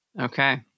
okay